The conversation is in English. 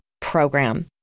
Program